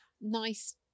nice